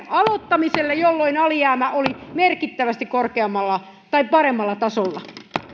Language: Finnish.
aloittamiselle jolloin alijäämä oli merkittävästi korkeammalla tai paremmalla tasolla